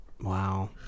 Wow